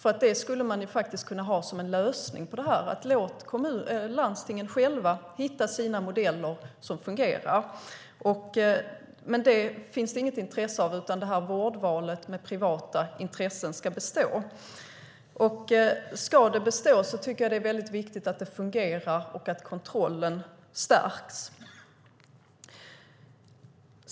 Man skulle kunna lösa detta genom att låta landstingen själva hitta modeller som fungerar. Men det finns det inget intresse av, utan vårdvalet med privata intressen ska bestå. Ska det bestå tycker jag att det är viktigt att det fungerar och att kontrollen skärps.